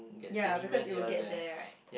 ya because it will get there right